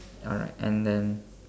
alright and then